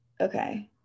Okay